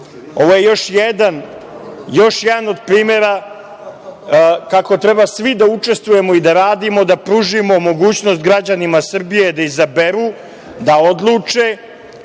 Ovo je još jedan od primera kako treba svi da učestvujemo i da radimo, da pružimo mogućnost građanima Srbije da izaberu, da odluče